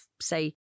say